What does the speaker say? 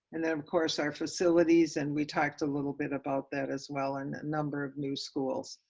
and then of course our facilities and we talked a little bit about that as well, and the number of new schools.